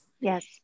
Yes